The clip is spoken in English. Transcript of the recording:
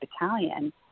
Battalion